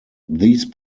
these